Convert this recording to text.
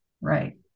Right